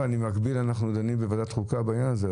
במקביל אנחנו דנים בוועדת החוקה בעניין הזה.